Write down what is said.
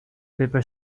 paper